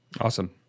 awesome